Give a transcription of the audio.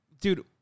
dude